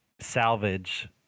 salvage